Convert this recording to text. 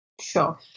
Sure